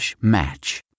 match